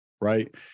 right